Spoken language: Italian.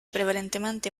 prevalentemente